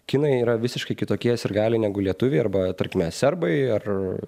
kinai yra visiškai kitokie sirgaliai negu lietuviai arba tarkime serbai ar